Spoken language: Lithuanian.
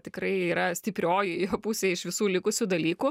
tikrai yra stiprioji pusė iš visų likusių dalykų